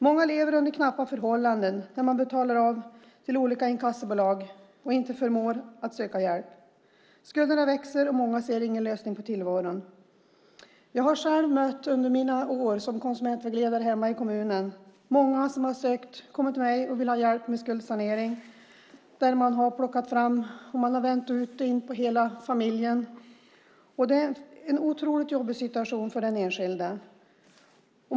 Många lever under knappa förhållanden där de betalar av till olika inkassobolag och inte förmår att söka hjälp. Skulderna växer, och många ser ingen lösning på problemen i tillvaron. Jag har själv mött många under mina år som konsumentvägledare hemma i kommunen. Det är många som har kommit till mig och velat ha hjälp med skuldsanering. De har vänt ut och in på hela familjen, och det är en otroligt jobbig situation för den enskilde.